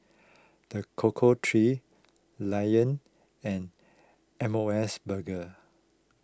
the Cocoa Trees Lion and M O S Burger